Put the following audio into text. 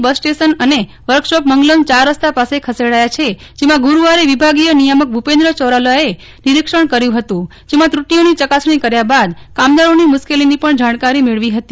bus station અને workshop Mangalam ચાર રસ્તા પાસે ખસેડાથા છે જેમાં ગુરુવારે વિભાગીય નિયામક ભૂપેન્દ્ર ચારોલાએ નિરીક્ષણ કર્યું હતું જેમા ત્રુટીઓની ચકાસણી કર્યા બાદ કામદારોની મુશ્કેલીની પણ જાણકારી મેળવી ફતી